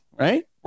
right